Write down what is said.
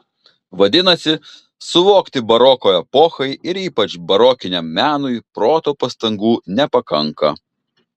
vadinasi suvokti baroko epochai ir ypač barokiniam menui proto pastangų nepakanka